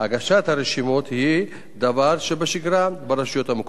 הגשת הרשימות היא דבר שבשגרה ברשויות המקומיות,